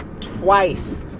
Twice